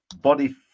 body